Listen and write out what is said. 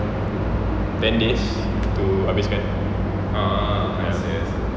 ten days to habis kan